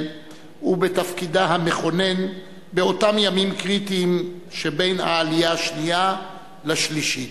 ועל תפקידה המכונן באותם ימים קריטיים שבין העלייה השנייה לשלישית.